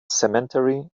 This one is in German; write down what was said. cemetery